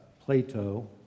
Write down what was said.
Plato